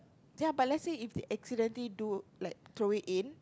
ya but let us say if he accidentally do like throw it in